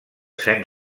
saint